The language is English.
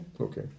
Okay